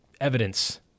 evidence